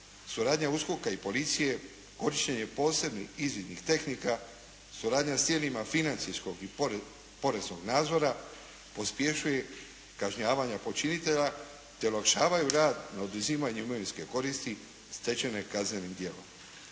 Suradnja USKOK-a i policije, korištenje posebnih izvidnih tehnika, suradnja s tijelima financijskog i poreznog nadzora pospješuje kažnjavanje počinitelja te olakšavaju rad na oduzimanju imovinske koristi stečene kaznenim djelom.